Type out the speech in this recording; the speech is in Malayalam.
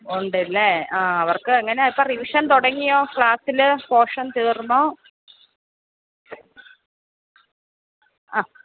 ഉണ്ടല്ലേ ആ അവർക്ക് എങ്ങനാണ് ഇപ്പം റിവിഷൻ തുടങ്ങിയോ ക്ലാസിൽ പോഷൻ തീർന്നോ അ